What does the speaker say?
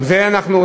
גם זה נדחה.